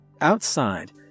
outside